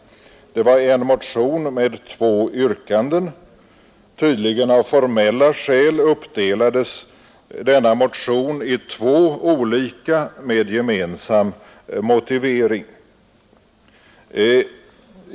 Det var en motion med två yrkanden. Tydligen av formella skäl uppdelades den i två motioner med gemensam motivering.